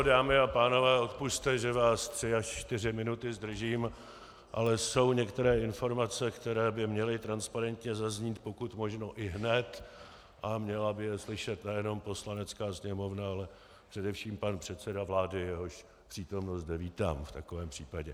Dámy a pánové, odpusťte, že vás tři až čtyři minuty zdržím, ale jsou některé informace, které by měly transparentně zaznít pokud možno ihned, a měla by je slyšet nejenom Poslanecká sněmovna, ale především pan předseda vlády, jehož přítomnost zde vítám v takovém případě.